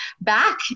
back